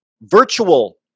Virtual